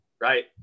right